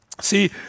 See